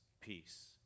peace